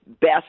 best